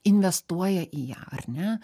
investuoja į ją ar ne